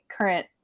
current